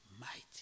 mighty